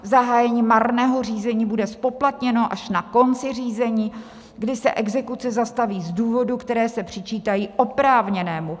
Zahájení marného řízení bude zpoplatněno až na konci řízení, kdy se exekuce zastaví z důvodů, které se přičítají oprávněnému.